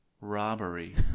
Robbery